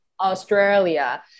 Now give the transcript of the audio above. Australia